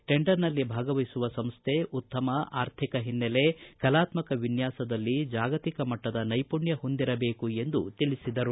ಟೆಂಡರ್ನಲ್ಲಿ ಭಾಗವಹಿಸುವ ಸಂಸ್ಥೆ ಉತ್ತಮ ಆರ್ಥಿಕ ಹಿನ್ನೆಲೆ ಕಲಾತ್ತಕ ವಿನ್ನಾಸದಲ್ಲಿ ಜಾಗತಿಕ ಮಟ್ಟದ ನೈಪುಣ್ಣ ಹೊಂದಿರಬೇಕು ಎಂದು ತಿಳಿಸಿದರು